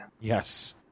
yes